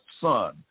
son